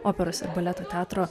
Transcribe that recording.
operos ir baleto teatro